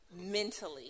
mentally